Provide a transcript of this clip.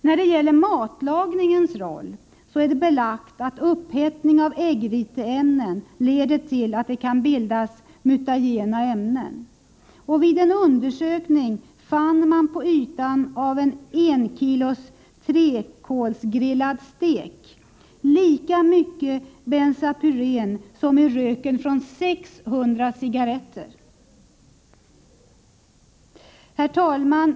När det gäller matlagningens roll är det belagt att upphettning av äggviteämnen leder till att det kan bildas mutagena ämnen. Vid en undersökning fann man på ytan av en enkilos träkolsgrillad stek lika mycket bensapyren som i röken från 600 cigaretter! Herr talman!